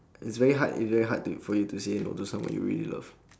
it's very hard it's very hard to for you to say no to someone you really love